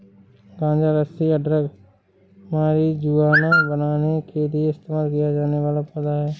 गांजा रस्सी या ड्रग मारिजुआना बनाने के लिए इस्तेमाल किया जाने वाला पौधा है